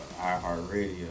iHeartRadio